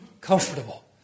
comfortable